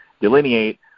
delineate